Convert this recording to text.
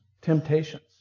temptations